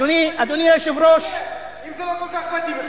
אדוני היושב-ראש, דני המאיים?